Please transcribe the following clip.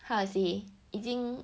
how to say 已经